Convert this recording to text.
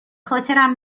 خاطرم